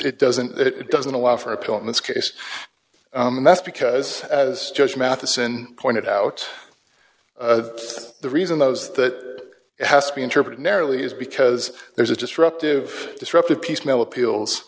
it doesn't it doesn't allow for appeal in this case and that's because as judge matheson pointed out the reason those that has to be interpreted narrowly is because there's a disruptive disruptive piecemeal appeals